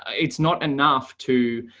it's not enough to,